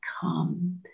come